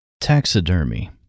taxidermy